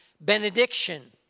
benediction